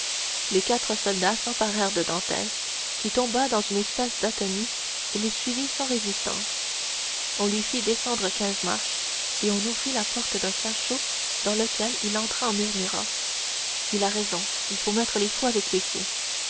les quatre soldats s'emparèrent de dantès qui tomba dans une espèce d'atonie et les suivit sans résistance on lui fit descendre quinze marches et on ouvrit la porte d'un cachot dans lequel il entra en murmurant il a raison il faut mettre les fous avec les fous